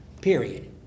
period